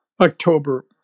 October